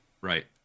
Right